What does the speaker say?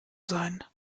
sein